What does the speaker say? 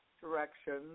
directions